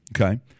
Okay